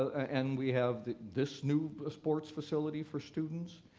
and we have this new sport facility for students,